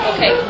Okay